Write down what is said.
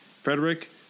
Frederick